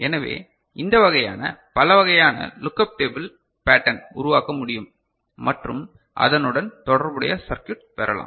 எனவே இந்த வகையான பல வகையான லுக் அப் டேபிள் பேட்டன் உருவாக்க முடியும் மற்றும் அதனுடன் தொடர்புடைய சர்க்யுட் பெறலாம்